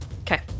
okay